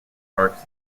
parks